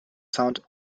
sound